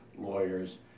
lawyers